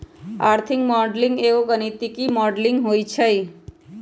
आर्थिक मॉडलिंग एगो गणितीक मॉडलिंग होइ छइ